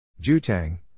Jutang